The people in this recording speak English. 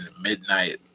midnight